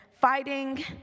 fighting